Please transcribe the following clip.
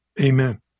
Amen